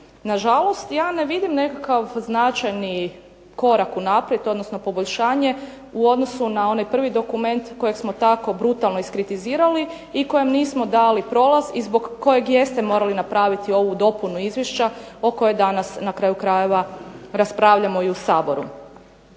Na žalost ja ne vidim neki značajni korak unaprijed, odnosno poboljšanje u odnosu na onaj prvi dokument kojeg smo onako brutalno iskritizirali i kojem nismo dali prolaz i zbog kojeg jeste morali napraviti ovu dopunu Izvješća o kojoj danas na kraju krajeva raspravljamo u Saboru.